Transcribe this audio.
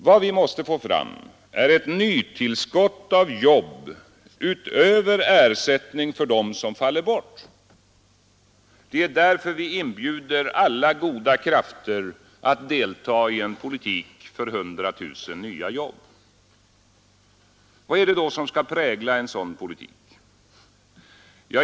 Vad vi måste få fram är ett nytillskott av jobb utöver ersättning för dem som faller bort. Det är därför vi inbjuder alla goda krafter att delta i en politik för 100 000 nya jobb. Vad är det då som skall prägla en sådan politik?